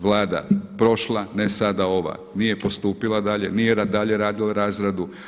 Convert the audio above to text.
Vlada prošla, ne sada ova nije postupila dalje, nije dalje radila razradu.